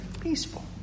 peaceful